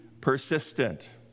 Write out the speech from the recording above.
persistent